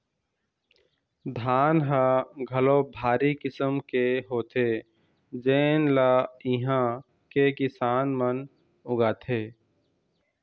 धान ह घलोक भारी किसम के होथे जेन ल इहां के किसान मन उगाथे